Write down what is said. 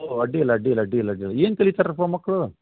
ಹೋ ಅಡ್ಡಿಲ್ಲ ಅಡ್ಡಿಲ್ಲ ಅಡ್ಡಿಲ್ಲ ಅಡ್ಡಿಲ್ಲ ಏನು ಕಲೀತಾರಪ್ಪ ಮಕ್ಕಳು